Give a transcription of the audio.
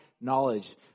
knowledge